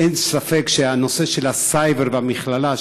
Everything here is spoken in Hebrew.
אין ספק שהנושא של הסייבר והמכללה,